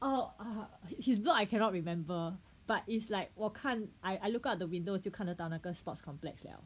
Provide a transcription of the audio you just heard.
oh ah his block I cannot remember but it's like 我看 I I look out the window 我就看得到那个 sports complex 了